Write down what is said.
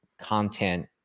content